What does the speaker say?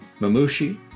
mamushi